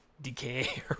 decay